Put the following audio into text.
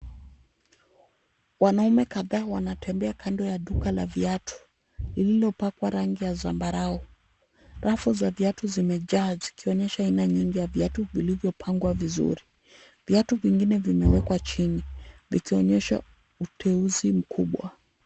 Wanaume kadha wanatembea kando ya duka la viatu lililopakwa rangi ya zambarau, rafu za viatu zimejaa zikionyesha aina nyingi ya viatu vilivyopangwa vizuri, viatu vingine vimewekwa chini vikionyesha uteuzi mkubwa.